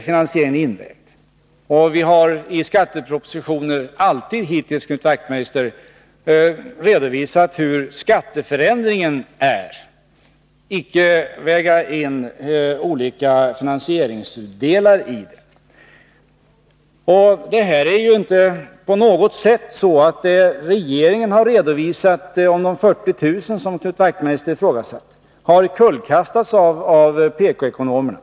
Vi har i skattepropositioner hittills alltid, Knut Wachtmeister, redovisat skatteförändringen men inte vägt in olika finansieringsdelar. Vad regeringen har redovisat beträffande de 40 000 som Knut Wachtmeister ifrågasatte har inte på något sätt kullkastats av PK-ekonomerna.